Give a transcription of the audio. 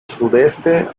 sudeste